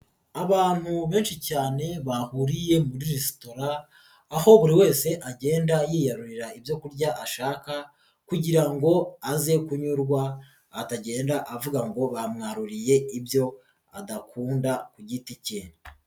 Abantu benshi cyane bahuriye muri resitora aho buri wese agenda yiyarurira ibyo kurya ashaka kugira ngo aze kunyurwa atagenda avuga ngo bamwaruriye ibyo adakunda ku giti ke.